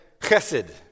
Chesed